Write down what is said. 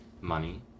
money